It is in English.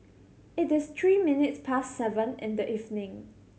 it is three minutes past seven in the evening